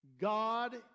God